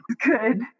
good